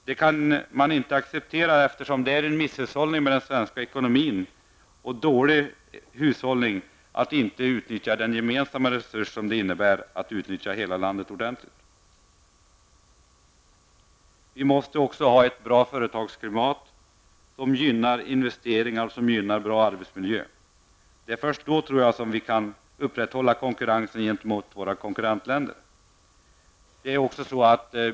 Det kan inte accepteras, eftersom det är en misshushållning med den svenska ekonomin, att inte utnyttja de gemensamma resurser som finns i hela landet. Vi måste också ha ett bra företagsklimat som gynnar investeringar och en bra arbetsmiljö. Jag tror att det är först då som vi kan upprätthålla konkurrensen gentemot våra konkurrentländer.